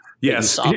Yes